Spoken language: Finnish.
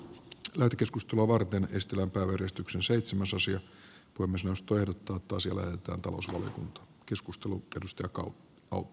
lähetekeskustelua varten neste lämpö oy ristuksen seitsemäs osia burma suostu erottuvat toisilleen tunnustellen keskustelu asia lähetetään talousvaliokuntaan